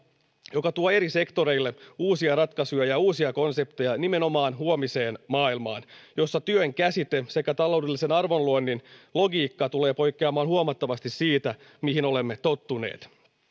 joka tuo eri sektoreille uusia ratkaisuja ja uusia konsepteja nimenomaan huomisen maailmaan jossa työn käsite sekä taloudellisen arvonluonnin logiikka tulevat poikkeamaan huomattavasti siitä mihin olemme tottuneet